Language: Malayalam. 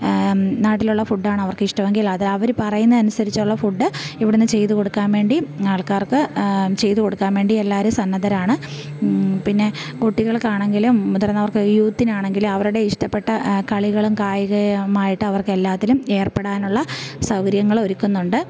നാട്ടിലുള്ള ഫുഡാണ് അവർക്കിഷ്ടമെങ്കിൽ അത് അവർ പറയുന്നതനുസരിച്ചുള്ള ഫുഡ് ഇവിടെന്ന് ചെയ്ത് കൊടുക്കാൻ വേണ്ടി ആൾക്കാർക്ക് ചെയ്ത് കൊടുക്കാൻ വേണ്ടി എല്ലാവരും സന്നദ്ധരാണ് പിന്നെ കുട്ടികൾക്കാണെങ്കിലും മുതിർന്നവർക്ക് യൂത്തിനാണെങ്കിലും അവരുടെ ഇഷ്ടപ്പെട്ട കളികളും കായികമായിട്ട് അവർക്കെല്ലാത്തിലും ഏർപ്പെടാനുള്ള സൗകര്യങ്ങളും ഒരുക്കുന്നുണ്ട്